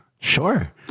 Sure